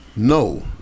No